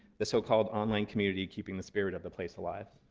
the so-called online community keeping the spirit of the place alive.